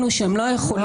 לא מוביל